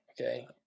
Okay